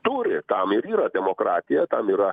turi tam ir yra demokratija tam yra